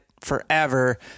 forever